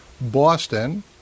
Boston